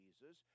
Jesus